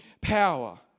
power